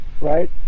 right